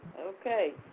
Okay